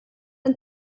ein